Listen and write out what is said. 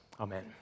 Amen